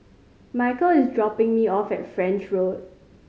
Michale is dropping me off at French Road